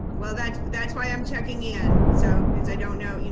well, that's but that's why i'm checking in and so because i don't know you